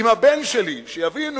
עם הבן שלי, שיבינו